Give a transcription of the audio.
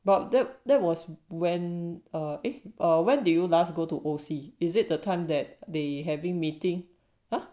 about the that was when err when did you last go to O_C is it the time that they having meeting